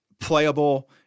playable